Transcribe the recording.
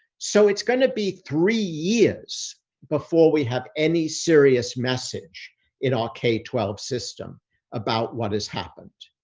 so, it's going to be three years before we have any serious message in our k twelve system about what has happened.